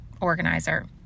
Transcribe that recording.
organizer